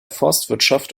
forstwirtschaft